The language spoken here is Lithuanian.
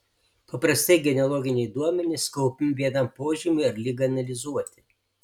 paprastai genealoginiai duomenys kaupiami vienam požymiui ar ligai analizuoti